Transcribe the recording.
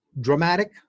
dramatic